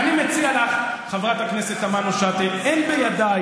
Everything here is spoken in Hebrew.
אני מציע לך, חברת הכנסת תמנו-שטה, אין בידי